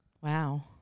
Wow